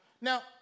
Now